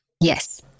Yes